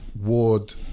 Ward